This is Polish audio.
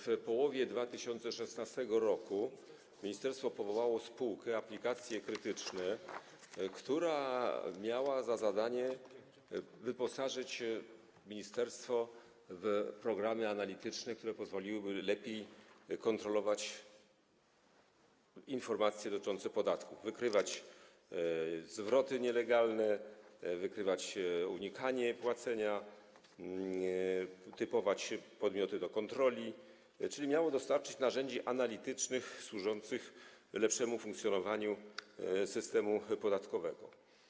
W połowie 2016 r. ministerstwo powołało spółkę Aplikacje Krytyczne, która miała za zadanie wyposażyć ministerstwo w programy analityczne pozwalające lepiej kontrolować informacje dotyczące podatków: wykrywać zwroty nielegalne, wykrywać unikanie płacenia, typować podmioty do kontroli, czyli miało dostarczyć narzędzi analitycznych służących lepszemu funkcjonowaniu systemu podatkowego.